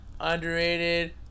Underrated